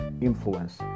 influence